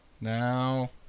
Now